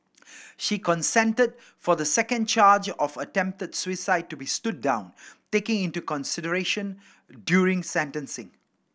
she consented for the second charge of attempted suicide to be stood down taken into consideration during sentencing